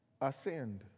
ascend